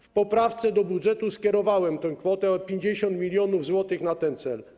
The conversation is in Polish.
W poprawce do budżetu skierowałem kwotę 50 mln zł na ten cel.